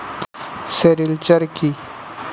Sericulture কি?